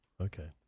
Okay